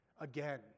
again